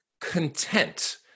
content